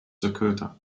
dakota